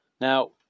Now